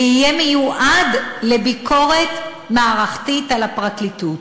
ויהיה מיועד לביקורת מערכתית על הפרקליטות.